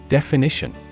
Definition